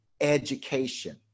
education